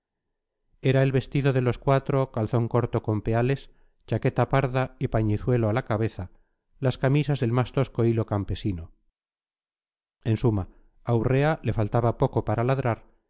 era el vestido de los cuatro calzón corto con peales chaqueta parda y pañizuelo a la cabeza las camisas del más tosco hilo campesino en suma a urrea le faltaba poco para ladrar